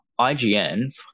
IGN